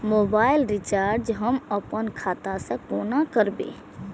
Mobile recharge हम आपन खाता से कोना करबै?